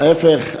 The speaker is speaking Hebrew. להפך,